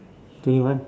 twenty one